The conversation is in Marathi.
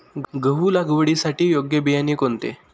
गहू लागवडीसाठी योग्य बियाणे कोणते?